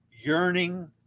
yearning